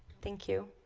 thank you